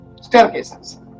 staircases